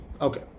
Okay